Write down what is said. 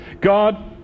God